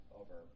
over